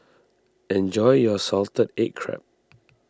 enjoy your Salted Egg Crab